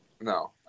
No